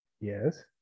yes